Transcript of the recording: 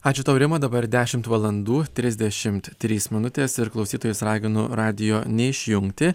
ačiū tau rima dabar dešimt valandų trisdešimt trys minutės ir klausytojus raginu radijo neišjungti